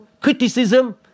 criticism